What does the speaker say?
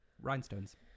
rhinestones